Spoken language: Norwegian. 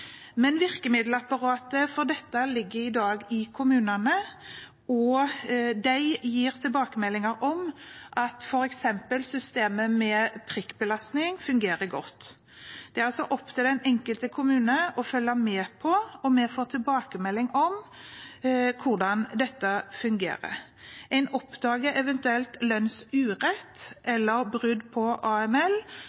men virkemiddelapparatet for dette ligger i dag i kommunene, og de gir tilbakemeldinger om at f.eks. systemet med prikkbelastning fungerer godt. Dette er det altså opp til den enkelte kommune å følge med på, og vi får tilbakemelding om hvordan det fungerer. Hvis man eventuelt oppdager lønnsurett